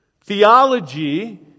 theology